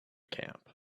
camp